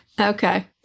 Okay